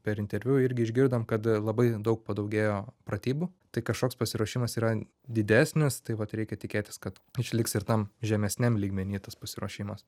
per interviu irgi išgirdom kad labai daug padaugėjo pratybų tai kažkoks pasiruošimas yra didesnis tai vat reikia tikėtis kad išliks ir tam žemesniam lygmeny tas pasiruošimas